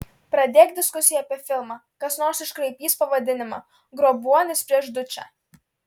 pradėk diskusiją apie filmą kas nors iškraipys pavadinimą grobuonis prieš dučę